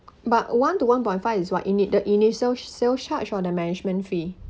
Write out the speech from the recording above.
but one to one point five is what init~ the initial sales charge or the management fee